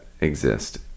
exist